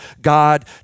god